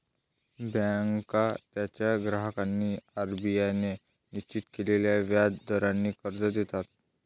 बँका त्यांच्या ग्राहकांना आर.बी.आय ने निश्चित केलेल्या व्याज दराने कर्ज देतात